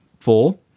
Four